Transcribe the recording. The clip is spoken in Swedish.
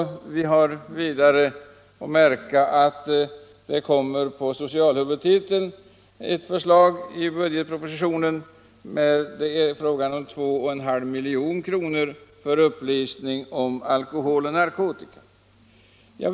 Vidare bör märkas att det i budgetpropositionen föreslås på socialhuvudtiteln ett anslag på 2,5 milj.kr. för upplysning om alkohol och narkotika.